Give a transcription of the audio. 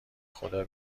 خدا